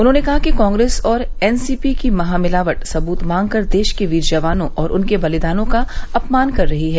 उन्होंने कहा कि कांग्रेस और एनसीपी की महा मिलावट सबूत मांग कर देश के वीर जवानों और उनके बलिदानों का अपमान कर रही है